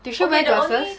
did she wear glasses